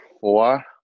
Four